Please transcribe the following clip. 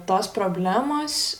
tos problemos